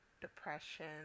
depression